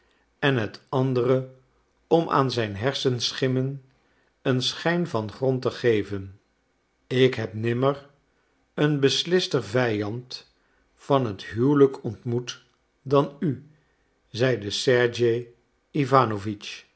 en het andere om aan zijn hersenschimmen een schijn van grond te geven ik heb nimmer een beslister vijand van het huwelijk ontmoet dan u zeide sergej